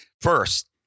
First